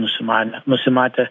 nusimanę nusimatę